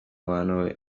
bantu